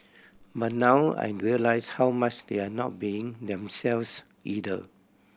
but now I realise how much they're not being themselves either